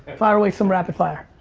fire away some rapid fire.